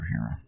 superhero